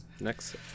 next